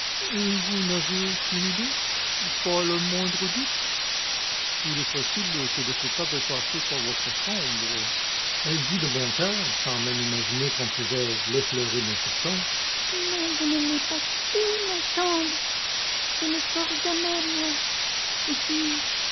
et vous n'avez aucune idée pas le moindre doute il est possible cependant que le coupable ait passé par votre chambre elle rit de bon coeur sans même imaginer qu'on pouvait l'effleurer d'un soupçon mais je ne l'ai pas quittée ma chambre je ne sors jamais moi et puis